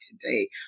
today